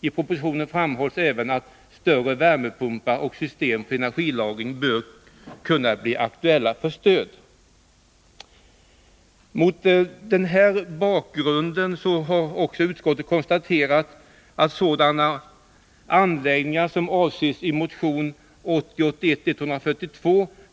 I propositionen framhölls även att större värmepumpar och system för energilagring bör kunna bli aktuella för stöd. Mot den här bakgrunden har utskottet också konstaterat att sådana anläggningar som avses i motionen